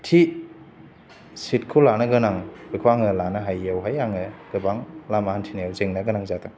थि सितखौ लानो गोनां बेखौ आङो लानो हायैयावहाय आङो गोबां लामा हान्थिनायाव जेंना गोनां जादों